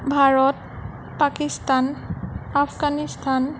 Bharat Pakistan Afghanistan